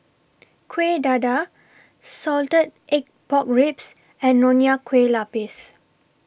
Kuih Dadar Salted Egg Pork Ribs and Nonya Kueh Lapis